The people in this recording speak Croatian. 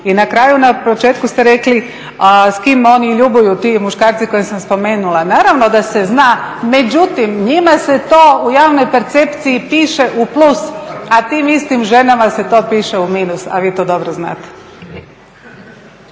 I na kraju, na početku ste rekli, a s kim oni ljubuju, ti muškarci koje sam spomenula. Naravno da se zna, međutim, njima se to u javnoj percepciji piše u plus, a tim istim ženama se to piše u minus, a vi to dobro znate.